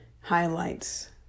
highlights